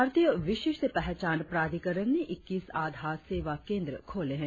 भारतीय विशिष्ट पहचान प्राधिकरण ने इक्कीस आधार सेवा केंद्र खोले हैं